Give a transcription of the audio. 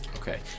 Okay